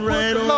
right